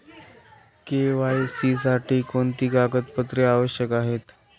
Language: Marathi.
के.वाय.सी साठी कोणती कागदपत्रे आवश्यक आहेत?